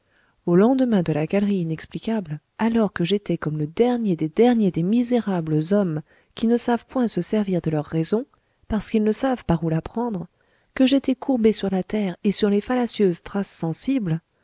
au lendemain de la galerie inexplicable alors que j'étais comme le dernier des derniers des misérables hommes qui ne savent point se servir de leur raison parce qu'ils ne savent par où la prendre que j'étais couché par terre et sur les fallacieuses traces sensibles